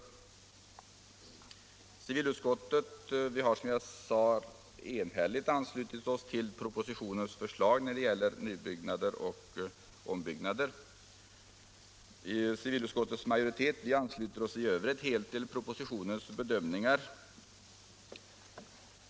Vi i civilutskottet har enhälligt anslutit oss till propositionens förslag när det gäller nybyggnader och ombyggnader. Från utskottsmajoritetens sida ansluter vi oss även helt till propositionens bedömningar i övrigt.